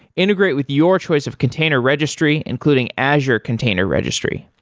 integrate with your choice of container registry, including azure container registry.